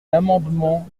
l’amendement